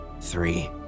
three